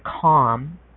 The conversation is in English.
calm